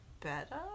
better